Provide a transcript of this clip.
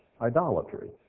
idolatry